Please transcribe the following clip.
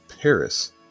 Paris